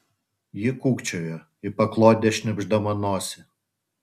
ji kūkčiojo į paklodę šnypšdama nosį